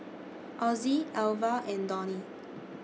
Ozzie Alvia and Donny